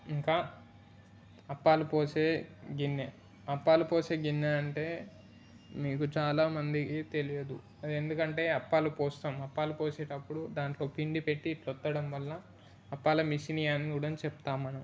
ఇంకా అప్పాలు పోసే గిన్నె అప్పాలు పోసే గిన్నె అంటే మీకు చాలామందికి తెలియదు అది ఎందుకంటే అప్పాలు పోస్తాం అప్పాలు పోసేటప్పుడు దానిలో పిండి పెట్టి ఇలా వొత్తడం వల్ల అప్పాల మిషను అని కూడా అని చెప్తాం మనం